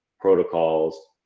protocols